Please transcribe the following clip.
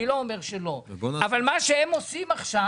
אני לא אומר שלא אבל מה שהם עושים עכשיו